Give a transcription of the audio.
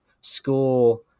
school